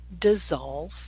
dissolve